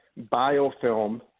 biofilm